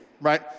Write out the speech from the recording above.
right